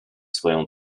swoją